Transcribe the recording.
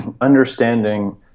understanding